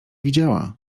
widziała